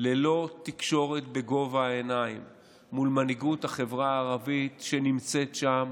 ללא תקשורת בגובה העיניים מול מנהיגות החברה הערבית שנמצאת שם